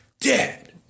dead